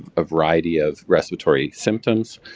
a variety of respiratory symptoms,